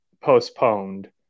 postponed